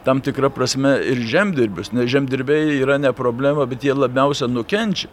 tam tikra prasme ir žemdirbius nes žemdirbiai yra ne problema bet jie labiausia nukenčia